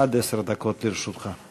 עד עשר דקות לרשותך.